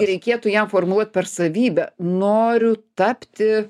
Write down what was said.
reikėtų jam formuluot per savybę noriu tapti